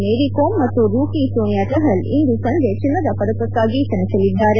ಮೇರಿ ಕೋಮ್ ಮತ್ತು ರೂಕಿ ಸೋನಿಯಾ ಚಪಲ್ ಇಂದು ಸಂಜೆ ಚಿನ್ನದ ಪದಕಕ್ಕಾಗಿ ಸೆಣೆಸಲಿದ್ದಾರೆ